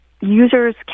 users